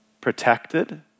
protected